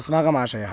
अस्माकमाशयः